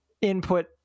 input